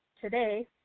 today